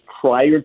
prior